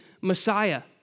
messiah